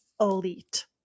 elite